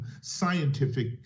scientific